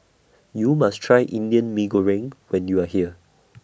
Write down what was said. YOU must Try Indian Mee Goreng when YOU Are here